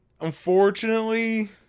Unfortunately